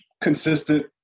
consistent